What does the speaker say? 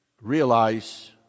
realize